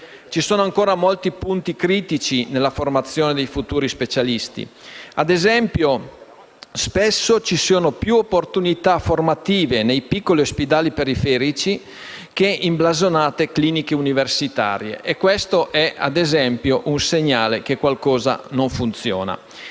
Ci sono ancora molti punti critici nella formazione dei futuri specialisti. Ad esempio, spesso ci sono più opportunità formative nei piccoli ospedali periferici che in blasonate cliniche universitarie e questo è un segnale che qualcosa non funziona.